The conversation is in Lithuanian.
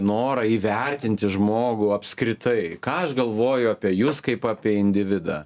norą įvertinti žmogų apskritai ką aš galvoju apie jus kaip apie individą